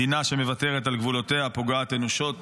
מדינה שמוותרת על גבולותיה פוגעת אנושות